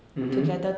mmhmm